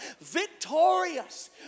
victorious